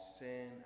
sin